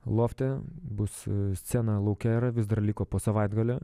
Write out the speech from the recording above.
lofte bus scena lauke yra vis dar liko po savaitgalio